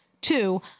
Two